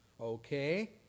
Okay